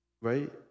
right